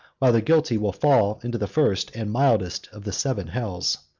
while the guilty will fall into the first and mildest of the seven hells.